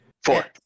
Four